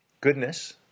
goodness